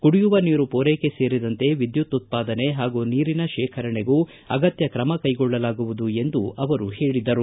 ಕುಡಿಯುವ ನೀರು ಪೂರೈಕೆ ಸೇರಿದಂತೆ ವಿದ್ಯುಕ್ ಉತ್ಪಾದನೆ ಹಾಗೂ ನೀರಿನ ಶೇಖರಣೆಗೂ ಅಗತ್ಯ ಕ್ರಮ ಕೈಗೊಳ್ಳಲಾಗುವುದು ಎಂದು ಅವರು ಹೇಳಿದರು